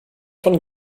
von